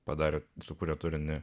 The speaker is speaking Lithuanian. padarė su kuria turinį